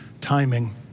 timing